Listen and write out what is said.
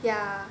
yeah